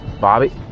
Bobby